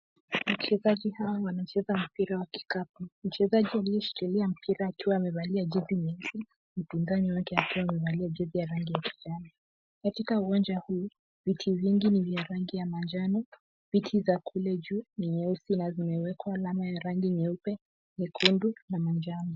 Wachezaji hawa wanacheza mpira wa kikapu. Mchezaji ameshikilia mpira akiwa amevalia jezi nyeusi huku ndani yake akiwa amevalia jezi ya rangi ya kijani. Katika uwanja huu viti vingi ni ya rangi ya manjano. Viti za kule juu ni nyeusi na vimewekwa alama ya rangi nyeupe, nyekundu na manjano.